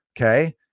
Okay